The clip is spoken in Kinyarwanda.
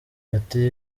ati